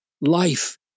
life